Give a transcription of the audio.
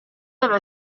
deve